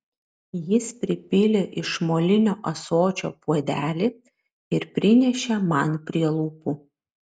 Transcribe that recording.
jis pripylė iš molinio ąsočio puodelį ir prinešė man prie lūpų